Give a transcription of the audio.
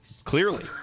Clearly